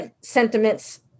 sentiments